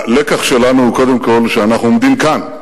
הלקח שלנו הוא קודם כול שאנחנו עומדים כאן